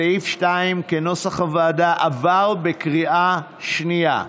סעיף 2, כנוסח הוועדה, עבר בקריאה השנייה.